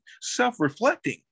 self-reflecting